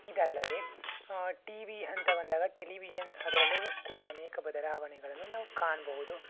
ಇದಲ್ಲದೇ T V ಅಂತ ಬಂದಾಗ ಟೆಲಿವಿಷನ್ ಅದರಲ್ಲೂ ಕೂಡ ಅನೇಕ ಬದಲಾವಣೆಗಳನ್ನು ನಾವು ಕಾಣಬಹುದು